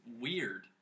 weird